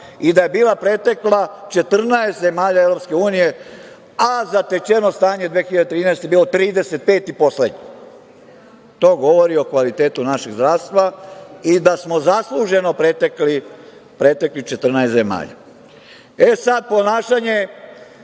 i da je bila pretekla 14 zemalja EU, a zatečeno stanje 2013. godine je bilo 35 i poslednje. To govori o kvalitetu našeg zdravstva i da smo zasluženo pretekli 14 zemalja. Ponašanje